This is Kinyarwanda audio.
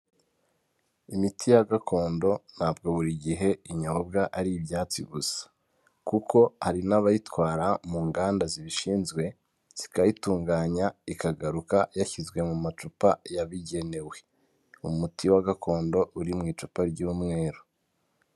Imiti ya gakondo ntabwo buri gihe inyobwa ari ibyatsi gusa, kuko hari n'abayitwara mu nganda zibishinzwe zikayitunganya ikagaruka yashyizwe mu macupa yabigenewe. Umuti wa gakondo uri mu icupa ry'umweru.